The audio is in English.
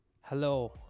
Hello